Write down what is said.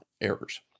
errors